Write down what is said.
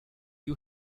you